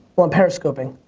well, i'm periscoping.